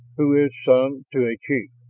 who is son to a chief.